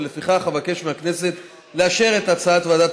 ולפיכך אבקש מהכנסת לאשר את הצעת ועדת